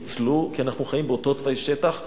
ינוצלו, כי אנחנו חיים באותו תוואי שטח?